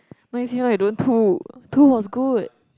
Now You See Me Now You Don't two two was good